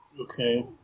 Okay